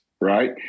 Right